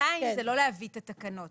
השנתיים זה לא להביא את התקנות,